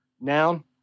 Noun